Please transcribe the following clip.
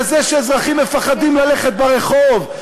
כזה שאזרחים מפחדים ללכת ברחוב,